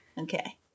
Okay